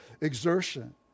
exertion